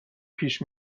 پیش